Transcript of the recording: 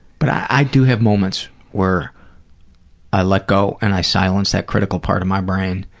but i do have moments where i let go, and i silence that critical part of my brain,